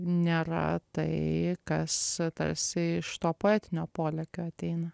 nėra tai kas tas iš to poetinio polėkio ateina